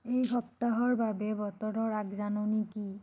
এই সপ্তাহৰ বাবে বতৰৰ আগজাননী কি